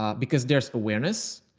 because there's awareness,